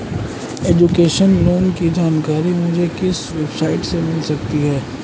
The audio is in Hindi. एजुकेशन लोंन की जानकारी मुझे किस वेबसाइट से मिल सकती है?